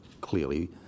clearly